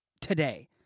today